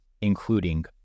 including